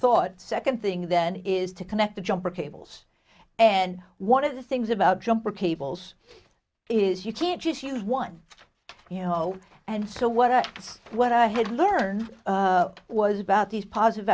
thought second thing then is to connect the jumper cables and one of the things about jumper cables is you can't just use one you know and so what i what i had learned was about these positive